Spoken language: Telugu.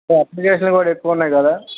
అప్లికేషన్లు కూడా ఎక్కువ ఉన్నాయి కదా